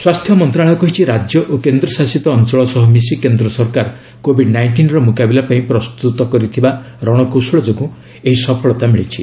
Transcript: ସ୍ପାସ୍ଥ୍ୟ ମନ୍ତ୍ରଣାଳୟ କହିଛି ରାଜ୍ୟ ଓ କେନ୍ଦ୍ରଶାସତ ଅଞ୍ଚଳ ସହ ମିଶି କେନ୍ଦ୍ର ସରକାର କୋବିଡ ନାଇଷ୍ଟିନର ମୁକାବିଲା ପାଇଁ ପ୍ରସ୍ତୁତ କରିଥିବା ରଣକୌଶଳ ଯୋଗୁଁ ଏହି ସଫଳତା ମିଳିଛି